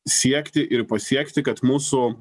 siekti ir pasiekti kad mūsų